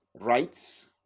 rights